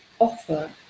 offer